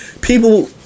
People